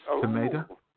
tomato